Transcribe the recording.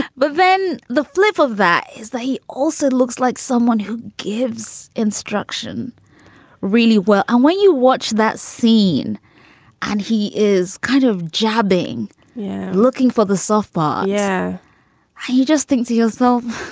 but then the flip of that is that he also looks like someone who gives instruction really well. and when you watch that scene and he is kind of jabbing looking for the softball. yeah you just think to yourself,